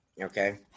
Okay